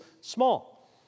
small